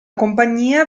compagnia